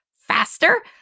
faster